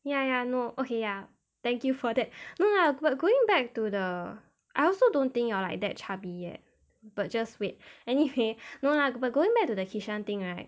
ya ya no okay ya thank you for that no lah but going back to the I also don't think you are like that chubby yet but just wait anyway no lah but going back to the kishan thing right